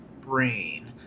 brain